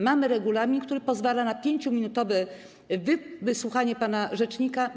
Mamy regulamin, który pozwala na 5-minutowe wysłuchanie pana rzecznika.